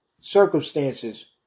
circumstances